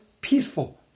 peaceful